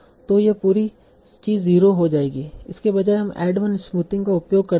तो यह पूरी चीज 0 हो जाएगी इसके बजाय हम ऐड 1 स्मूथिंग का उपयोग करते हैं